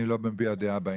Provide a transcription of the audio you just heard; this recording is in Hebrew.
אני לא מביע דעה בעניין.